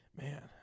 man